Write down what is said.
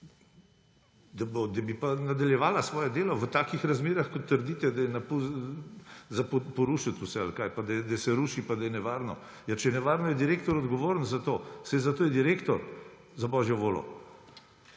Da bi pa nadaljevala svoje delo v takih razmerah, kot trdite, da je napol za porušiti vse –ali kaj? Pa da se ruši, pa da je nevarno. Ja, če je nevarno, je direktor odgovoren za to, saj zato je direktor, za božjo voljo!